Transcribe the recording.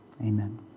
Amen